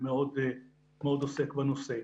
שוב,